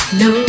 no